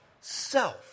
self